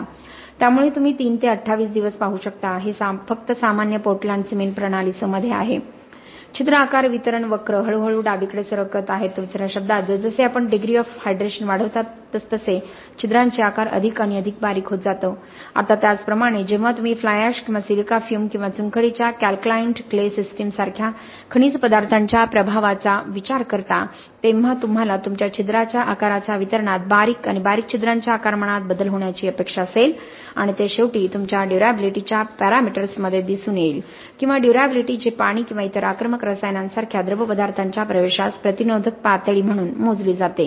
त्यामुळे तुम्ही 3 ते 28 दिवस पाहू शकता हे फक्त सामान्य पोर्टलँड सिमेंट प्रणालीसह मध्ये आहे छिद्र आकार वितरण वक्र हळूहळू डावीकडे सरकत आहेत दुसऱ्या शब्दांत जस जसे आपण डिग्री ऑफ हय्ड्रेशन वाढवता तास तसे छिद्रांचे आकार अधिक आणि अधिक बारीक होत जातो आता त्याचप्रमाणे जेव्हा तुम्ही फ्लाय अॅश किंवा सिलिका फ्युम किंवा चुनखडीच्या कॅलक्लाइंड क्ले सिस्टीम सारख्या खनिज पदार्थांच्या प्रभावाचा विचार करता तेव्हा तुम्हाला तुमच्या छिद्राच्या आकाराच्या वितरणात बारीक आणि बारीक छिद्रांच्या आकारमानात बदल होण्याची अपेक्षा असेल आणि ते शेवटी तुमच्या ड्युर्याबिलिटीच्या पॅरामीटर्समध्ये दिसून येईल किंवा ड्युर्याबिलिटी जे पाणी किंवा इतर आक्रमक रसायनांसारख्या द्रवपदार्थांच्या प्रवेशास प्रतिरोधक पातळी म्हणून मोजले जाते